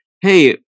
hey